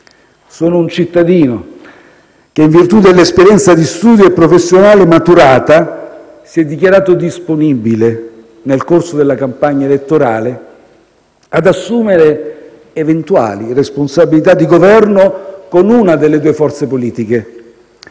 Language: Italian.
Sono un cittadino che, in virtù dell'esperienza di studio e professionale maturata, si è dichiarato disponibile, nel corso della campagna elettorale, ad assumere eventuali responsabilità di Governo con una delle due forze politiche